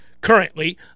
currently